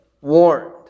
warned